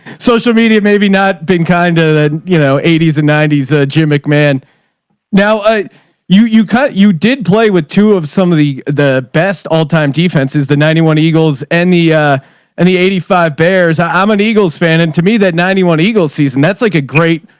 social media may be not bing kind of the you know eighties and nineties, a gym mcmahon now you, you cut, you did play with, to have some of the, the best all time defense is the ninety one eagles and the a and the eighty five bears, i'm an eagles fan. and to me, that ninety one eagles season, that's like a great,